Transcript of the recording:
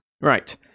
Right